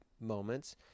moments